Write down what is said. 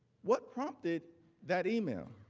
what prompted that email?